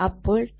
അപ്പോൾ 10 2 0